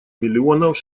миллионов